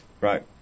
Right